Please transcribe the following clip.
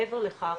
מעבר לכך,